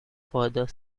further